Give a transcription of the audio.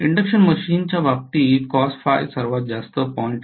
induction मशीनच्या बाबतीत सर्वात जास्त ०